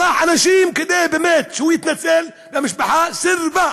שלח אנשים כדי באמת שהוא יתנצל, והמשפחה סירבה.